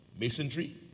Masonry